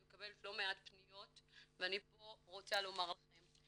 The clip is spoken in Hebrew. אני מקבלת לא מעט פניות ואני פה רוצה לומר לכם,